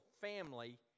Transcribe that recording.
family